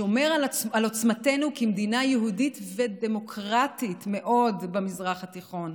שומר על עוצמתנו כמדינה יהודית ודמוקרטית מאוד במזרח התיכון,